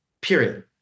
period